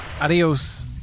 Adios